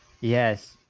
Yes